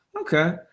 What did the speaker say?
Okay